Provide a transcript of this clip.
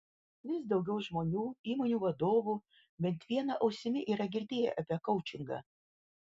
vis daugiau žmonių įmonių vadovų bent viena ausimi yra girdėję apie koučingą